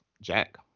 Jack